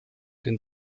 den